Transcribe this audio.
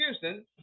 Houston